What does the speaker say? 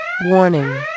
Warning